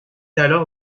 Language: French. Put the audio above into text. alors